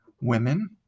Women